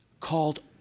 called